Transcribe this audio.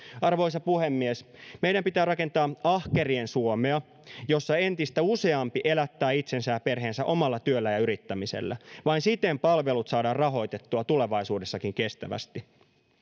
arvoisa puhemies meidän pitää rakentaa ahkerien suomea jossa entistä useampi elättää itsensä ja perheensä omalla työllä ja yrittämisellä vain siten palvelut saadaan rahoitettua tulevaisuudessakin kestävästi